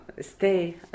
stay